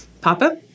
Papa